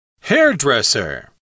Hairdresser